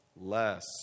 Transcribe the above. Less